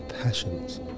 passions